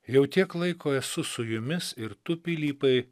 jau tiek laiko esu su jumis ir tu pilypai